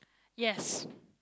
yes